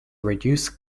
reduce